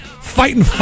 fighting